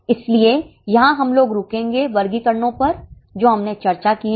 इसलिए यहां हम लोग रुकेंगे वर्गीकरणो पर जो हमने चर्चा किए हैं